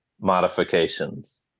modifications